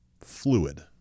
fluid